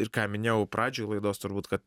ir ką minėjau pradžioj laidos turbūt kad